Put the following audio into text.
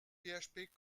php